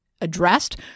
addressed